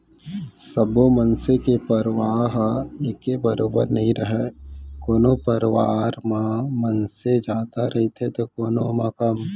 सब्बो मनसे के परवार ह एके बरोबर नइ रहय कोनो परवार म मनसे जादा रहिथे तौ कोनो म कम